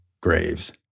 graves